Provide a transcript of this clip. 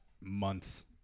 months